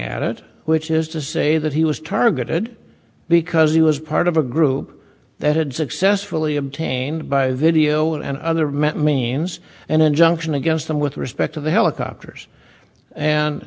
at it which is to say that he was targeted because he was part of a group that had successfully obtained by the video and other met means an injunction against them with respect to the helicopters an